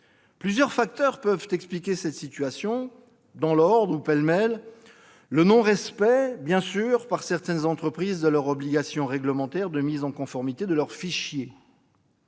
Plusieurs facteurs peuvent expliquer cette situation ; pêle-mêle : le non-respect par certaines entreprises de leur obligation réglementaire de mise en conformité de leurs fichiers-